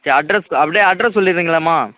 சரி அட்ரெஸ் அப்டேயே அட்ரெஸ் சொல்லிடுறீங்களாம்மா